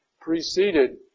preceded